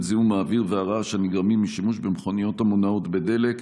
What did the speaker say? זיהום האוויר והרעש הנגרמים משימוש במכוניות המונעות בדלק.